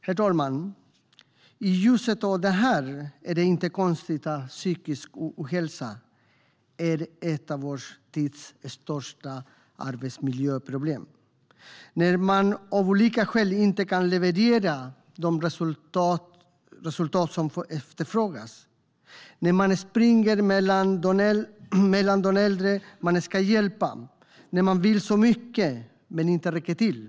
Herr talman! I ljuset av detta är det inte konstigt att psykisk ohälsa är ett av vår tids största arbetsmiljöproblem - när man av olika skäl inte kan leverera de resultat som efterfrågas, när man springer mellan de äldre man ska hjälpa, när man vill så mycket men inte räcker till.